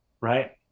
Right